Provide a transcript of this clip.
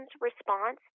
response